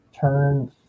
turn